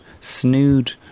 snood